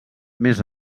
més